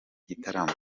gitaramo